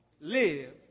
live